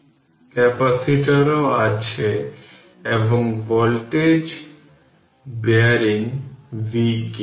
সুতরাং এখন আপনি যদি এই ইকুয়েশন এ KVL প্রয়োগ করেন তাহলে এটি ঘড়ির কাঁটার দিকে সরান